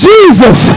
Jesus